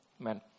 Amen